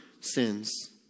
sins